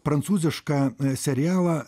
prancūzišką serialą